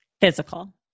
Physical